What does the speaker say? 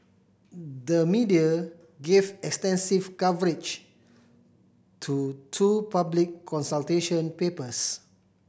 the media gave extensive coverage to two public consultation papers